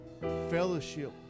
fellowship